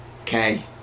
Okay